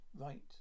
Right